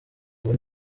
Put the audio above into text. ubu